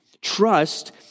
Trust